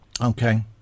Okay